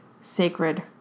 sacred